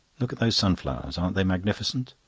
look at those sunflowers! aren't they magnificent?